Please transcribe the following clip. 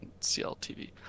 cltv